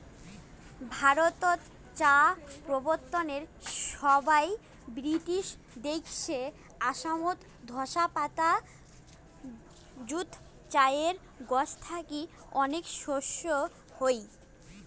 ভারতত চা প্রবর্তনের সমাই ব্রিটিশ দেইখছে আসামত ঢোসা পাতা যুত চায়ের গছ থাকি অনেক শস্য হই